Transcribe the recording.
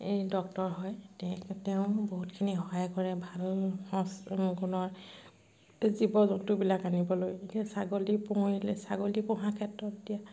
এই ডক্তৰ হয় তে তেওঁ বহুতখিনি সহায় কৰে ভাল গুণৰ জীৱ জন্তুবিলাক আনিবলৈ এতিয়া ছাগলী পুহিলে ছাগলী পোহা ক্ষেত্ৰত এতিয়া